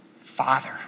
Father